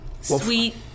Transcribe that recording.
sweet